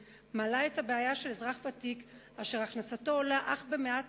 מעלה את הבעיה של אזרח ותיק אשר הכנסתו עולה אך במעט